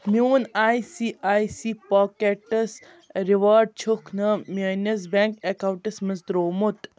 میون I C I C پاکٮ۪ٹٕس رِواڈ چھُکھ نہٕ میٛٲنِس بٮ۪نٛک اٮ۪کاوُنٛٹِس منٛز ترٛومُت